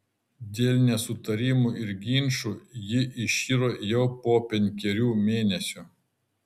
dėl nesutarimų ir ginčų ji iširo jau po penkerių mėnesių